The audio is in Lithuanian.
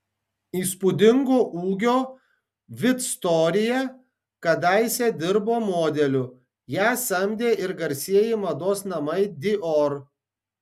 įspūdingo ūgio victoria kadaise dirbo modeliu ją samdė ir garsieji mados namai dior